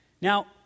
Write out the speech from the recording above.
Now